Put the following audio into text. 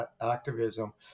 activism